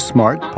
Smart